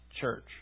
church